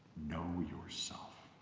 know yourself.